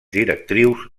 directrius